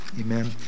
amen